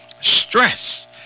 stress